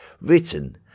written